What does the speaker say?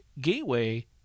gateway